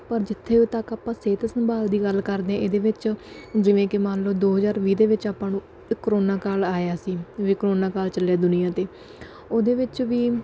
ਪਰ ਜਿੱਥੋਂ ਤੱਕ ਆਪਾਂ ਸਿਹਤ ਸੰਭਾਲ ਦੀ ਗੱਲ ਕਰਦੇ ਹਾਂ ਇਹਦੇ ਵਿੱਚ ਜਿਵੇਂ ਕਿ ਮੰਨ ਲਓ ਦੋ ਹਜ਼ਾਰ ਵੀਹ ਦੇ ਵਿੱਚ ਆਪਾਂ ਨੂੰ ਕਰੋਨਾ ਕਾਲ ਆਇਆ ਸੀ ਵੀ ਕਰੋਨਾ ਕਾਲ ਚੱਲਿਆ ਦੁਨੀਆ 'ਤੇ ਉਹਦੇ ਵਿੱਚ ਵੀ